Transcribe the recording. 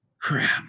crap